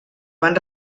van